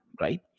right